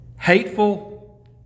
Hateful